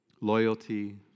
Loyalty